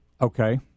Okay